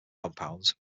compounds